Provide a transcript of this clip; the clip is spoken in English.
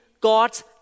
God's